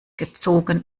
gezogen